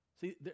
See